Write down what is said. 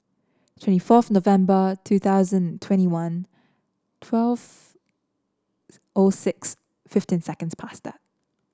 twenty fourth November two thousand twenty one twelve O six fifteen seconds pasta